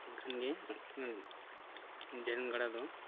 ᱮᱱᱠᱷᱟᱱ ᱜᱮ ᱰᱨᱮᱱ ᱜᱟᱰᱟ ᱫᱚ